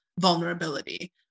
vulnerability